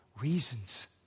reasons